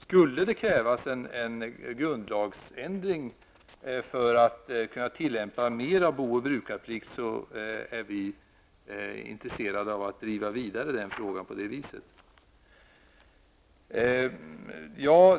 Skulle det krävas en grundlagsändring för att kunna tillåta mer av bo och brukarplikt, är vi intresserade av att driva den frågan vidare.